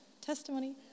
Testimony